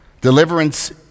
Deliverance